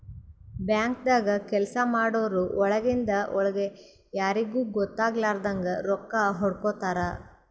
ಬ್ಯಾಂಕ್ದಾಗ್ ಕೆಲ್ಸ ಮಾಡೋರು ಒಳಗಿಂದ್ ಒಳ್ಗೆ ಯಾರಿಗೂ ಗೊತ್ತಾಗಲಾರದಂಗ್ ರೊಕ್ಕಾ ಹೊಡ್ಕೋತಾರ್